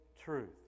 truth